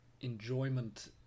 enjoyment